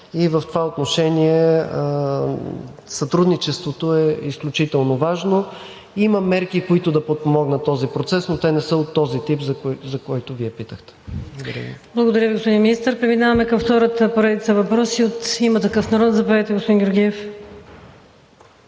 и в това отношение сътрудничеството е изключително важно. Има мерки, които да подпомогнат този процес, но те не са от този тип, за който Вие питахте. ПРЕДСЕДАТЕЛ ВИКТОРИЯ ВАСИЛЕВА: Благодаря Ви, господин Министър. Преминаваме към втората поредица въпроси от „Има такъв народ“. Заповядайте, господин Георгиев.